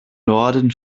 norden